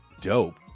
dope